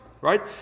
right